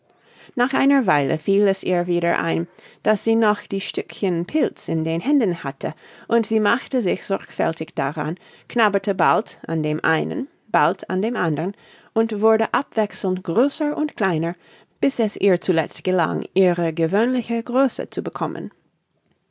nach einer weile fiel es ihr wieder ein daß sie noch die stückchen pilz in den händen hatte und sie machte sich sorgfältig daran knabberte bald an dem einen bald an dem andern und wurde abwechselnd größer und kleiner bis es ihr zuletzt gelang ihre gewöhnliche größe zu bekommen